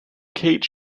kate